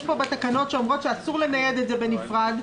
פה בתקנות שאומרות שאסור לנייד את זה בנפרד,